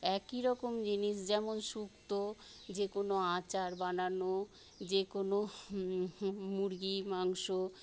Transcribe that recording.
একইরকম জিনিস যেমন সুক্ত যে কোনো আচার বানানো যেকোনো মুরগির মাংস